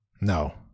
No